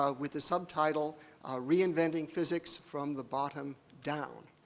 ah with the subtitle reinventing physics from the bottom down.